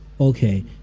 Okay